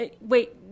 Wait